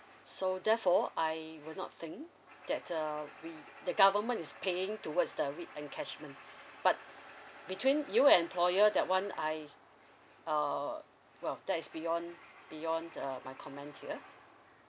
so therefore I will not think that uh we the government is paying towards the week encashment but between you and employer that one I uh well that is beyond beyond uh my comment here